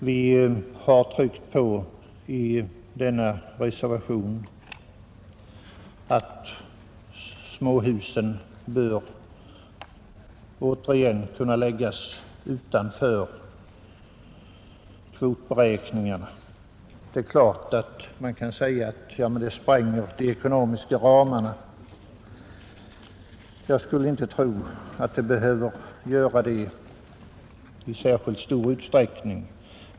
Vi har vidare i reservationen framhållit att småhusen återigen bör kunna läggas utanför kvotberäkningarna, Det kanske kan invändas att detta skulle spränga de ekonomiska ramarna, men jag tror inte att så behöver bli fallet i särskilt stor utsträckning.